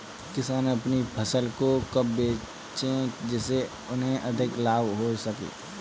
किसान अपनी फसल को कब बेचे जिसे उन्हें अधिक लाभ हो सके?